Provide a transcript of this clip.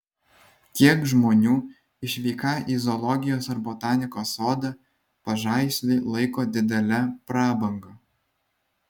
kiek žmonių išvyką į zoologijos ar botanikos sodą pažaislį laiko didele prabanga